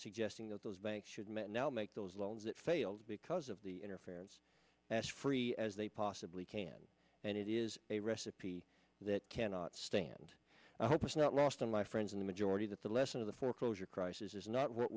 suggesting that those banks should met now make those loans that failed because of the interference as free as they possibly can and it is a recipe that cannot stand the hope is not lost on my friends in the majority that the lesson of the foreclosure crisis is not what